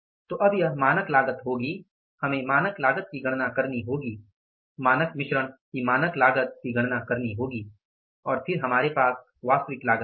तो अब यह मानक लागत होगी हमें मानक लागत की गणना करनी होगी मानक मिश्रण की मानक लागत की गणना करनी होगी और फिर हमारे पास वास्तविक लागत है